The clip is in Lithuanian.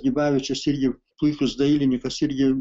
nidas gibavičius irgi puikus dailininkas irgi